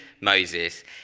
Moses